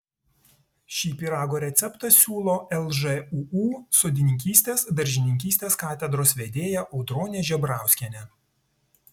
šį pyrago receptą siūlo lžūu sodininkystės daržininkystės katedros vedėja audronė žebrauskienė